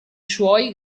suoi